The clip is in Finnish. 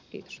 kiitos